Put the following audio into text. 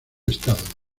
estado